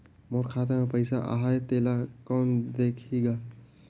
मोर खाता मे पइसा आहाय तेला कोन देख देही गा?